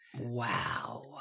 Wow